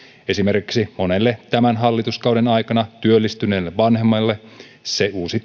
esimerkiksi monelle tämän hallituskauden aikana työllistyneelle vanhemmalle uusi